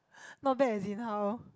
not bad as in how